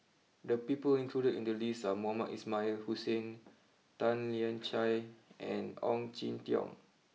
the people included in the list are Mohamed Ismail Hussain Tan Lian Chye and Ong Jin Teong